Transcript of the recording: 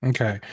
Okay